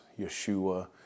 Yeshua